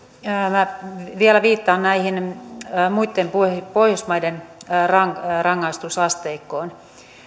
minä vielä viittaan näihin muitten pohjoismaiden rangaistusasteikkoihin